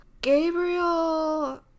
gabriel